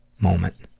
moment.